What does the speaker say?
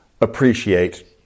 appreciate